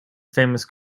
famous